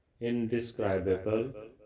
indescribable